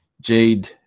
Jade